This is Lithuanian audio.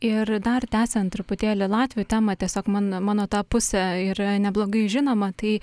ir dar tęsiant truputėlį latvių temą tiesiog man mano ta pusė yra neblogai žinoma tai